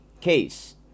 case